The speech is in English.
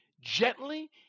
gently